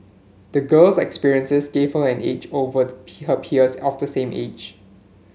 the girl's experiences gave her an edge over her peers of the same age